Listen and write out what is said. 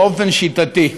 באופן שיטתי.